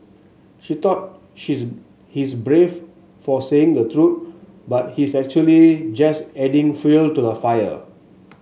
he thought she's he's brave for saying the truth but he's actually just adding fuel to the fire